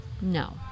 no